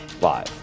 live